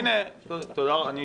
אני אשתדל.